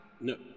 no